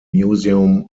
museum